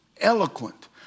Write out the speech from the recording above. Eloquent